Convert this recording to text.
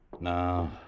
No